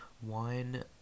one